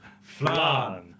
flan